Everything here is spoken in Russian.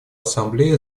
ассамблея